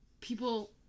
people